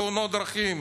תאונות דרכים.